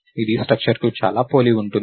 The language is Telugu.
ఇది స్ట్రక్చర్ కి చాలా పోలి ఉంటుంది